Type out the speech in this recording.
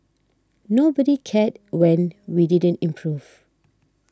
nobody cared when we didn't improve